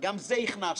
גם את זה הכנסנו,